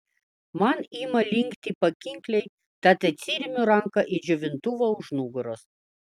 man ima linkti pakinkliai tad atsiremiu ranka į džiovintuvą už nugaros